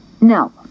No